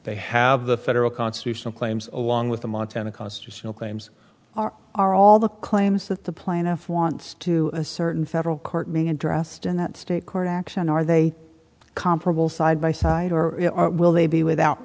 they have the federal constitutional claims along with the montana constitutional claims are are all the claims that the plaintiff wants to a certain federal court may addressed in that state court action are they comparable side by side or will they be without